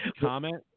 comment